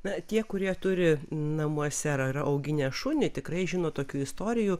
na tie kurie turi namuose ar auginę šunį tikrai žino tokių istorijų